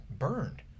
burned